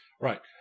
Right